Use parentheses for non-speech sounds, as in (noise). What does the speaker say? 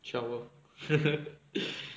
shower (laughs)